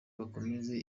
bakomeze